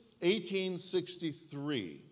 1863